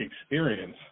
experience